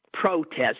protest